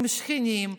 עם שכנים,